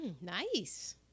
Nice